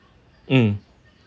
mm